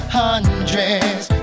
hundreds